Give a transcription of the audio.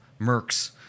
mercs